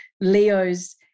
Leo's